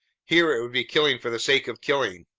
here it would be killing for the sake of killing.